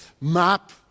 map